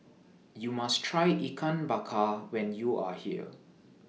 YOU must Try Ikan Bakar when YOU Are here